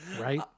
right